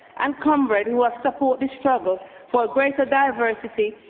and comrades who have supported this struggle for a greater diversity,